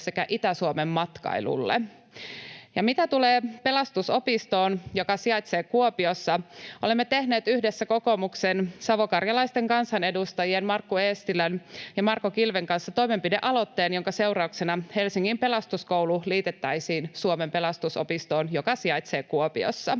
sekä Itä-Suomen matkailulle. Ja mitä tulee Pelastusopistoon, joka sijaitsee Kuopiossa, olemme tehneet yhdessä kokoomuksen savokarjalaisten kansanedustajien Markku Eestilän ja Marko Kilven kanssa toimenpidealoitteen, jonka seurauksena Helsingin Pelastuskoulu liitettäisiin Suomen Pelastusopistoon, joka sijaitsee Kuopiossa